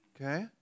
Okay